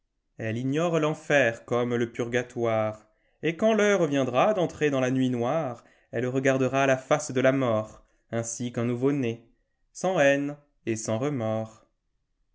elle ignore tenfer comme le purgatoire et quand theure viendra d'entrer dans la nuit noire elle regardera la face de la mort insi aii'un nouveau-né sans haine et sans remord